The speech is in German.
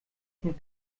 von